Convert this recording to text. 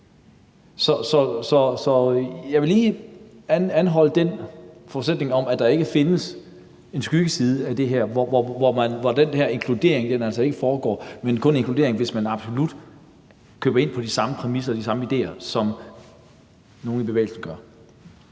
Så jeg vil lige anholde den forudsætning om, at der ikke findes en skyggeside til det her, hvor den her inkludering altså ikke finder sted. Inkluderingen finder kun sted, hvis man fuldt og helt køber ind på de samme præmisser og idéer, som nogle i bevægelsen gør.